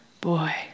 Boy